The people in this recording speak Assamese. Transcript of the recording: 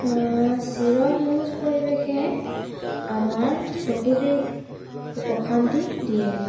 চিৰসেউজ পৰিৱেশে আমাৰ চকুটিৰ প্ৰশান্তি দিয়ে